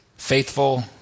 Faithful